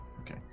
okay